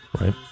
Right